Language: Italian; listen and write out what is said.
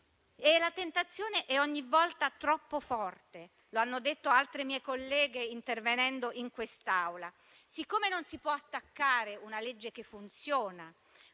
La tentazione è ogni volta troppo forte, lo hanno detto altre mie colleghe intervenendo in quest'Aula: siccome non si può attaccare una legge che funziona,